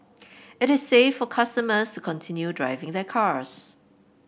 it is safe for customers to continue driving their cars